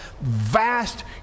vast